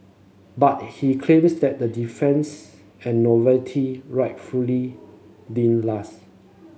but he claims that the deference and novelty rightfully didn't last